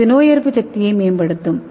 இது நோயெதிர்ப்புசக்தியை i மேம்படுத்தும்